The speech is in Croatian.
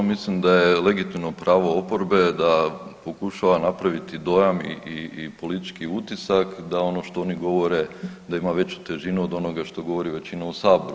Mislim da je legitimno pravo oporbe da pokušava napraviti dojam i politički utisak da ono što oni govore da ima veću težinu od onoga što govori većina u Saboru.